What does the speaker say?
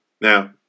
Now